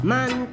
Man